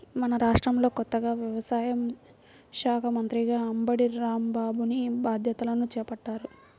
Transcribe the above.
మన రాష్ట్రంలో కొత్తగా వ్యవసాయ శాఖా మంత్రిగా అంబటి రాంబాబుని బాధ్యతలను చేపట్టారు